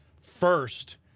first